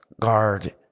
guard